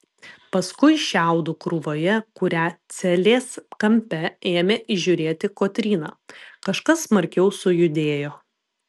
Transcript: paskui šiaudų krūvoje kurią celės kampe ėmė įžiūrėti kotryna kažkas smarkiau sujudėjo